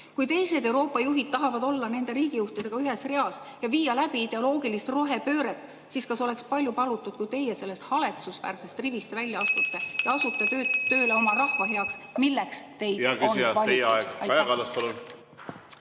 Kui teised Euroopa juhid tahavad olla nende riigijuhtidega ühes reas ja viia läbi ideoloogilist rohepööret, siis kas oleks palju palutud, et teie sellest haletsusväärsest rivist välja astuksite (Juhataja helistab kella.) ja asuksite tööle oma rahva heaks, milleks teid on valitud?